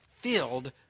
filled